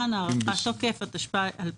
מינוי נאמן, הארכת תוקף), התשפ"א-2021.